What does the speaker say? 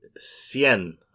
Cien